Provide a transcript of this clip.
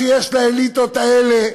הבעיה שיש לאליטות האלה